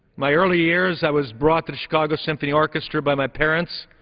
my early years i was brought to the chicago symphony orchestra by my parents,